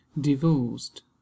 divorced